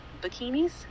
Bikinis